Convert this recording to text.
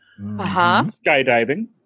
skydiving